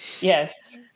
Yes